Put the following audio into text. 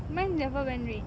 mine never went red